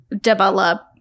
develop